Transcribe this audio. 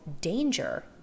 danger